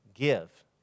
give